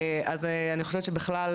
אני חושבת שבכלל,